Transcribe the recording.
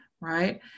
right